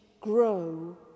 grow